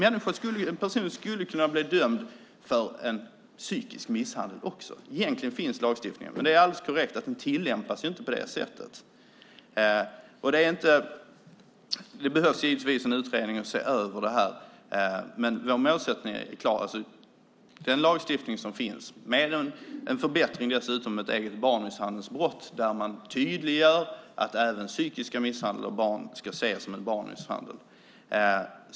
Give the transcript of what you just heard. En person skulle kunna bli dömd för psykisk misshandel också. Egentligen finns denna lagstiftning, men det är alldeles korrekt att den inte tillämpas på det sättet. Det behövs givetvis en utredning som ska se över detta. Men vår målsättning är klar: Den lagstiftning som finns ska förbättras när det gäller barnmisshandelsbrott så att man tydliggör att även psykisk misshandel av barn ska ses som barnmisshandel.